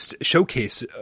showcase